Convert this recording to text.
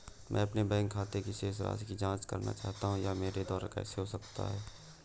मैं अपने बैंक खाते की शेष राशि की जाँच करना चाहता हूँ यह मेरे द्वारा कैसे हो सकता है?